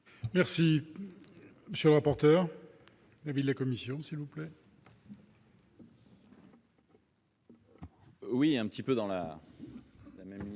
Merci